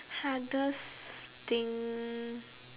hardest thing